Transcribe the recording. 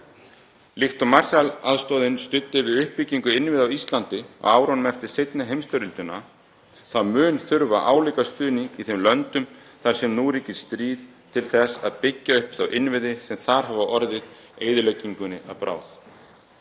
Líkt og Marshall-aðstoðin studdi við uppbyggingu innviða á Íslandi á árunum eftir seinni heimsstyrjöldina mun þurfa álíka stuðning í þeim löndum þar sem nú ríkir stríð til þess að byggja upp þá innviði sem þar hafa orðið eyðileggingunni að bráð.